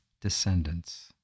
descendants